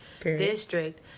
District